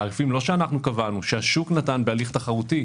תעריפים לא שאנחנו קבענו, שהשוק נתן בהליך תחרותי.